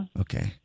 Okay